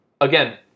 again